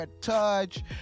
Touch